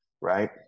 right